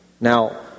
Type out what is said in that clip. Now